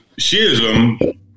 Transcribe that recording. Shiism